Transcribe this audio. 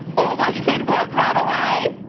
oh my kid work right away,